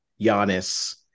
Giannis